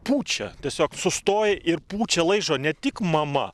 pučia tiesiog sustoja ir pučia laižo ne tik mama